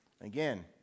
Again